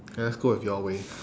okay let's go with your way